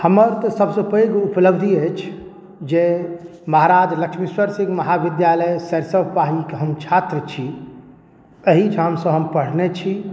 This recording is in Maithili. हमर तऽ सबसे पैघ उपलब्धि अछि जे महाराज लक्ष्मीश्वर सिंह महाविद्यालय सरिसव पाहीके हम छात्र छी अहिठामसँ हम पढ़ने छी